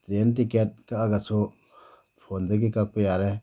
train ticket ꯀꯛꯑꯒꯁꯨ ꯐꯣꯟꯗꯒꯤ ꯀꯛꯄ ꯌꯥꯔꯦ